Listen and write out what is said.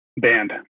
band